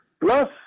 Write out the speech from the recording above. plus